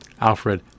Alfred